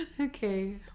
Okay